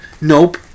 nope